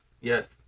Yes